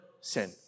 sin